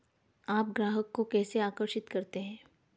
आप ग्राहकों को कैसे आकर्षित करते हैं?